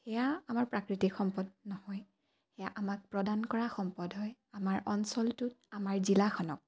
সেয়া আমাৰ প্ৰাকৃতিক সম্পদ নহয় সেয়া আমাক প্ৰদান কৰা সম্পদ হয় আমাৰ অঞ্চলটোত আমাৰ জিলাখনক